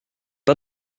pas